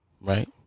right